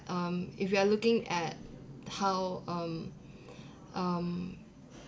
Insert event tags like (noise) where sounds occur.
um if you are looking at how um (breath) um